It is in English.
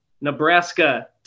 Nebraska